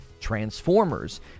Transformers